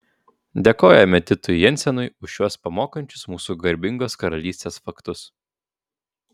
dėkojame titui jensenui už šiuos pamokančius mūsų garbingos karalystės faktus